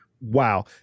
Wow